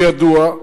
כידוע,